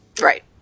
right